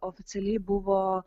oficialiai buvo